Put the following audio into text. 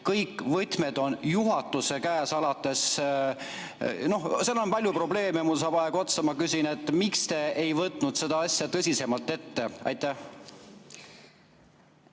Kõik võtmed on juhatuse käes, alates ... No seal on palju probleeme, mul saab aeg otsa. Ma küsin, miks te ei võtnud seda asja tõsisemalt ette. Aitäh,